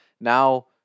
now